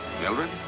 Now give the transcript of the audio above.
Mildred